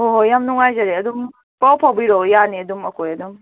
ꯍꯣꯏ ꯍꯣꯏ ꯌꯥꯝ ꯅꯨꯡꯉꯥꯏꯖꯔꯦ ꯑꯗꯨꯝ ꯄꯥꯎ ꯐꯥꯎꯕꯤꯔꯛꯑꯣ ꯌꯥꯅꯤ ꯑꯗꯨꯝ ꯑꯩꯈꯣꯏ ꯑꯗꯨꯝ